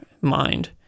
mind